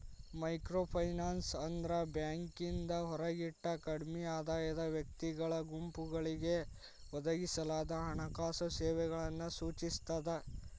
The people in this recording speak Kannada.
ಮೈಕ್ರೋಫೈನಾನ್ಸ್ ಅಂದ್ರ ಬ್ಯಾಂಕಿಂದ ಹೊರಗಿಟ್ಟ ಕಡ್ಮಿ ಆದಾಯದ ವ್ಯಕ್ತಿಗಳ ಗುಂಪುಗಳಿಗೆ ಒದಗಿಸಲಾದ ಹಣಕಾಸು ಸೇವೆಗಳನ್ನ ಸೂಚಿಸ್ತದ